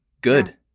Good